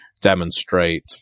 demonstrate